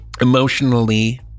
emotionally